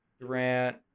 Durant